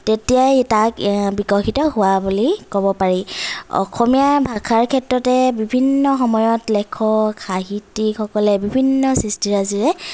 তেতিয়াই তাক বিকশিত হোৱা বুলি ক'ব পাৰি অসমীয়া ভাষাৰ ক্ষেত্ৰতে বিভিন্ন সময়ত লেখক সাহিত্যিকসকলে বিভিন্ন সৃষ্টিৰাজিৰে